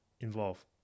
involve